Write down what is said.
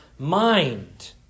Mind